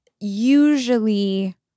usually